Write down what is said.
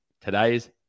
today's